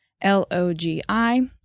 L-O-G-I